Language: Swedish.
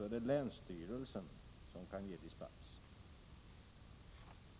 är det länsstyrelsen som kan ge dispens.